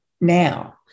now